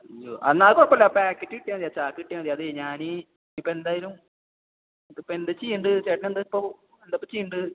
അയ്യോ എന്നാൽ അത് കുഴപ്പമില്ല ആ പാക്കറ്റ് കിട്ടിയാൽ മതി ആ ചാക്ക് കിട്ടിയാൽ മതി അതേ ഞാനീ ഇപ്പോൾ എന്തായാലും ഇതിപ്പോൾ എന്താണ് ചെയ്യേണ്ടത് ചേട്ടനെന്താണ് ഇപ്പോൾ എന്താണ് ഇപ്പോൾ ചെയ്യേണ്ടത്